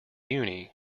uni